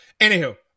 anywho